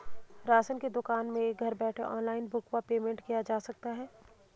Ration की दुकान में घर बैठे ऑनलाइन बुक व पेमेंट किया जा सकता है?